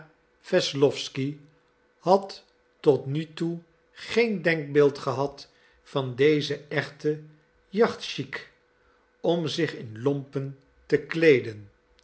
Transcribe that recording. wesslowsky had tot nu toe geen denkbeeld gehad van deze echte jacht chique om zich in lompen te kleeden